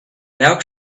now